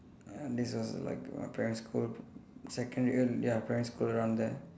uh this was like uh primary school secondary y~ ya primary school around there